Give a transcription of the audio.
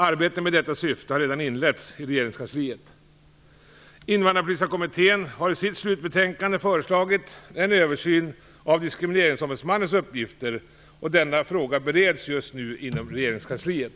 Arbete med detta syfte har redan inletts i regeringskansliet. Invandrarpolitiska kommittén har i sitt slutbetänkande förslagit en översyn av Diskrimineringsombudsmannens uppgifter. Denna fråga bereds just nu inom regeringskansliet.